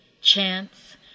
chance